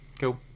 Cool